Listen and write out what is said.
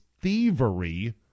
thievery